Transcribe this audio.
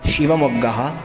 शिवमोग्गः